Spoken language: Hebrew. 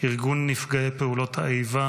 חבר הכנסת בנימין נתניהו והגברת שרה נתניהו,